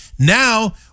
now